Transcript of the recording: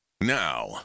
Now